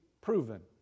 proven